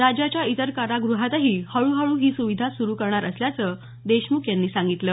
राज्याच्या इतर कारागृहातही हळूहळू ही सुविधा सुरु करणार असल्याचं देशमुख यांनी सांगितलं